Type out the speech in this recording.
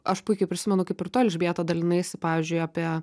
aš puikiai prisimenu kaip ir tu elžbieta dalinaisi pavyzdžiui apie